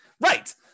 Right